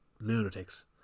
lunatics